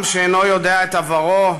עם שאינו יודע את עברו,